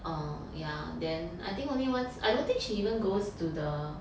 err ya then I think only once I don't think she even goes to the